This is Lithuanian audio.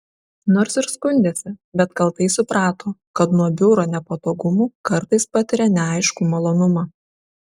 nors ir skundėsi bet kaltai suprato kad nuo biuro nepatogumų kartais patiria neaiškų malonumą